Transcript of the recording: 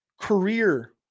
career